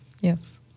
Yes